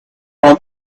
from